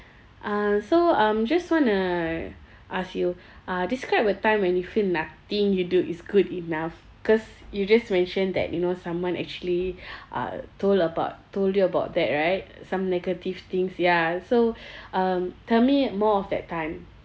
uh so um just want to ask you uh describe a time when you feel nothing you do is good enough cause you just mentioned that you know someone actually uh told about told you about that right some negative things ya so um tell me more of that time